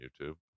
YouTube